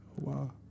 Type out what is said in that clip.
Wow